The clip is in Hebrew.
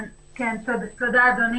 תודה.